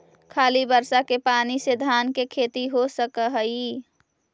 खाली बर्षा के पानी से धान के खेती हो सक हइ?